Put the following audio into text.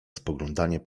spoglądanie